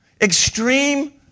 Extreme